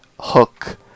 hook